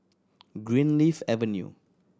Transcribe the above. Greenleaf Avenue